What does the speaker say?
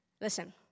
listen